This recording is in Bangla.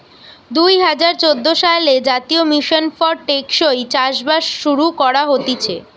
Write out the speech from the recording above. দুই হাজার চোদ্দ সালে জাতীয় মিশন ফর টেকসই চাষবাস শুরু করা হতিছে